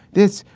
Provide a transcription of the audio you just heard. this,